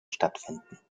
stattfinden